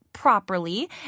Properly